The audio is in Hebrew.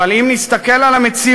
אבל אם נסתכל על המציאות,